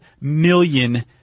million